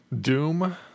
Doom